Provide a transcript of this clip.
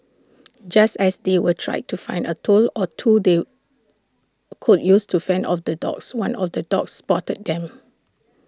just as they were trying to find A tool or two they could use to fend off the dogs one of the dogs spotted them